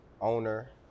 owner